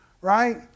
right